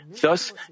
Thus